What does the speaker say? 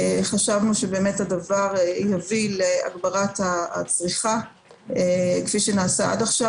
חשבנו שהדבר יביא להגברת הצריכה כפי שנעשה עד עכשיו.